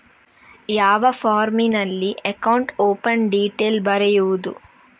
ಯಾವ ಫಾರ್ಮಿನಲ್ಲಿ account open detail ಬರೆಯುವುದು?